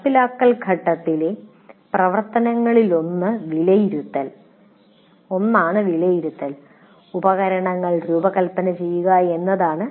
നടപ്പിലാക്കൽ ഘട്ടത്തിലെ പ്രവർത്തനങ്ങളിലൊന്ന് വിലയിരുത്തൽ ഉപകരണങ്ങൾ രൂപകൽപ്പന ചെയ്യുക എന്നതാണ്